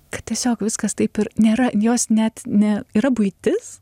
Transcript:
kad tiesiog viskas taip ir nėra jos net ne yra buitis